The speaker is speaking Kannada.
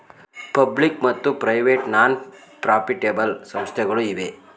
ಪಬ್ಲಿಕ್ ಮತ್ತು ಪ್ರೈವೇಟ್ ನಾನ್ ಪ್ರಾಫಿಟೆಬಲ್ ಸಂಸ್ಥೆಗಳು ಇವೆ